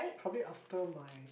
probably after my